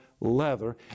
leather